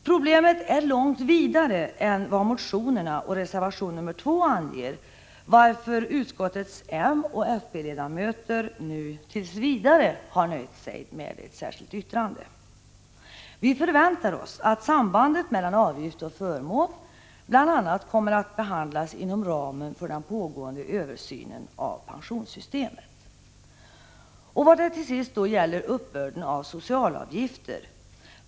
Problemet är långt vidare än vad motionerna och reservation nr 2 anger, varför utskottets moch fp-ledamöter tills vidare har nöjt sig med ett särskilt yttrande. Vi förväntar oss att sambandet mellan avgift och förmån kommer att behandlas bl.a. inom ramen för den pågående översynen av pensionssystemet. Det andra särskilda yttrandet gäller uppbörd av socialavgifter.